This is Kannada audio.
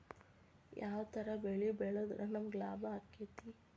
ಯಾವ ತರ ಬೆಳಿ ಬೆಳೆದ್ರ ನಮ್ಗ ಲಾಭ ಆಕ್ಕೆತಿ?